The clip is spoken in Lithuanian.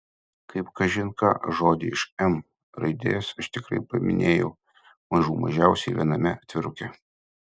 kaip kažin ką žodį iš m raidės aš tikrai paminėjau mažų mažiausiai viename atviruke